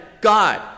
God